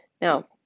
Now